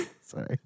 Sorry